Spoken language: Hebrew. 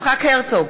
יצחק הרצוג,